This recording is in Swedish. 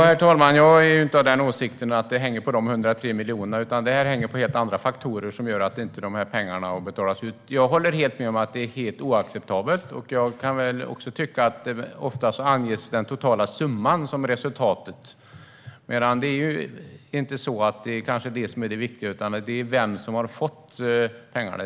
Herr talman! Jag är av åsikten att det inte hänger på de 103 miljonerna utan på helt andra faktorer att dessa pengar inte har betalats ut. Jag håller med om att det är oacceptabelt. Ofta anges den totala summan som resultatet, men det är kanske inte det utan vem som har fått pengarna som är det viktiga.